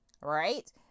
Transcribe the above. right